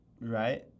right